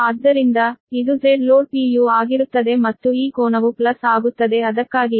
ಆದ್ದರಿಂದ ಇದು ZLoad ಆಗಿರುತ್ತದೆ ಮತ್ತು ಈ ಕೋನವು ಪ್ಲಸ್ ಆಗುತ್ತದೆ ಅದಕ್ಕಾಗಿಯೇ ಇದು 2